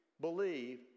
believe